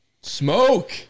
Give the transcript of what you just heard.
Smoke